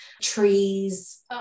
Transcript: trees